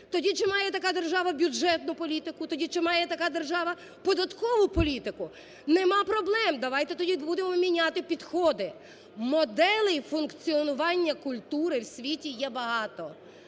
тоді чи має така держава бюджетну політику, тоді чи має така держава податкову політику? Нема проблем, давайте тоді будемо міняти підходи. Моделей функціонування культури в світі є багато.